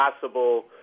possible